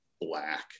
black